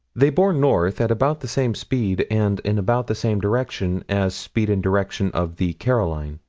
they bore north at about the same speed and in about the same direction as speed and direction of the caroline.